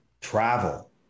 travel